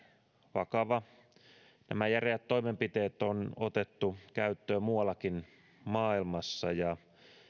vakava nämä järeät toimenpiteet on otettu käyttöön muuallakin maailmassa ja